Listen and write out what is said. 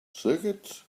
circuits